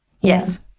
yes